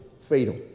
fatal